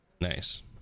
Nice